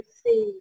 see